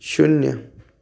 शून्य